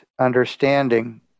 understanding